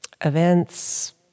events